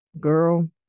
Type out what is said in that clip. girl